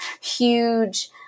huge